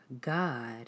God